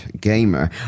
gamer